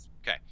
Okay